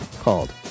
called